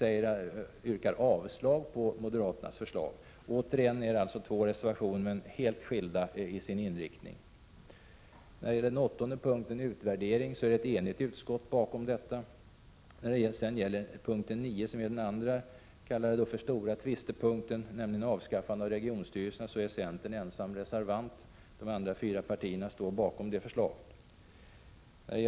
I centerns reservation yrkas avslag på moderaternas förslag. Återigen finns det alltså två reservationer som är helt skilda i sin inriktning. Bakom yrkandet i punkt 8, viss utvärdering, står ett enigt utskott. Under punkt 9 finner vi det som vi kan kalla den stora tvistefrågan, nämligen den om avskaffandet av regionstyrelserna. Centern är ensamma reservanter. De fyra andra partierna står bakom förslaget.